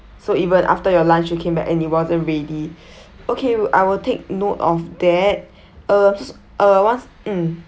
so even after your lunch you came back and it wasn't ready okay I will take note of that uh uh once mm